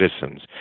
citizens